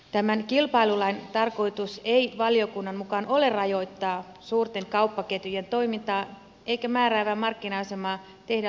tämän kilpailulain tarkoitus ei valiokunnan mukaan ole rajoittaa suurten kauppaketjujen toimintaa eikä määräävää markkina asemaa tehdä laittomaksi